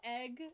egg